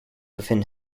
within